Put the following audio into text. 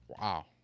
wow